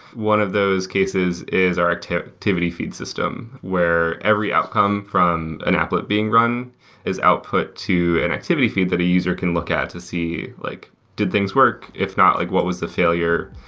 one of those cases is our activity activity feed system, where every outcome from an applet being run is output to an activity feed that a user can look at to see, like did things work? if not, like what was the failure?